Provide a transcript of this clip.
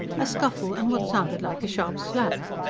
a scuffle and what sounded like a sharp slap.